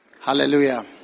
hallelujah